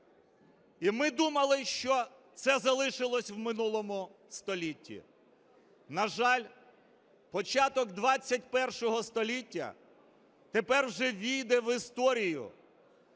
І ми думали, що це залишилось в минулому столітті. На жаль, початок ХХІ століття тепер вже увійде в історію